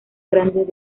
grandes